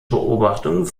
beobachtung